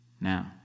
Now